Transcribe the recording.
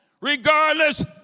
regardless